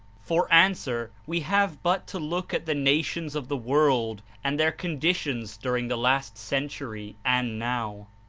for answer, we have but to look at the nations of the world and their conditions during the last century and now.